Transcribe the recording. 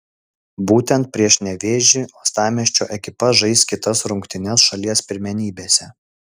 būtent prieš nevėžį uostamiesčio ekipa žais kitas rungtynes šalies pirmenybėse